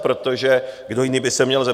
Protože kdo jiný by se měl zeptat?